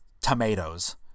Tomatoes